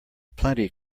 plenty